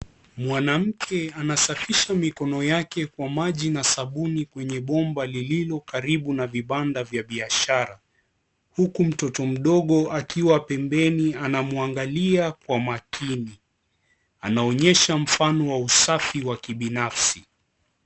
Mwanamke anasafisha mikono yake kwa maji na sabuni kwenye bomba lililo karibu na vibanda vya biashara huku mtoto mdogo akiwa pembeni anamwangalia kwa makini anaonyesha mfano wa usafi wa kibinafsi.